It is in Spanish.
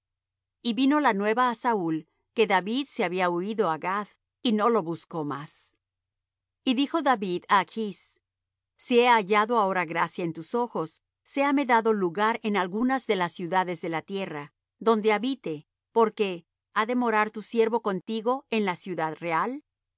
y vino la nueva á saúl que david se había huído á gath y no lo buscó más y david dijo á achs si he hallado ahora gracia en tus ojos séame dado lugar en algunas de las ciudades de la tierra donde habite porque ha de morar tu siervo contigo en la ciudad real